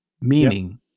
Meaning